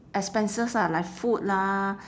expenses ah like food lah